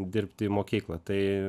dirbti į mokyklą tai